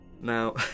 Now